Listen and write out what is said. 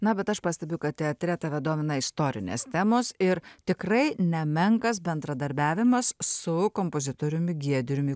na bet aš pastebiu kad teatre tave domina istorinės temos ir tikrai nemenkas bendradarbiavimas su kompozitoriumi giedriumi